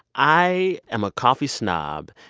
i am a coffee snob.